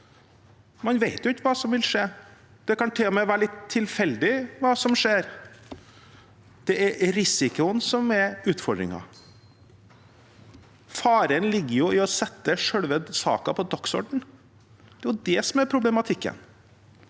Man vet jo ikke hva som vil skje. Det kan til og med være litt tilfeldig hva som skjer. Det er risikoen som er utfordringen. Faren ligger i å sette selve saken på dagsordenen. Det er det som er problematikken,